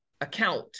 account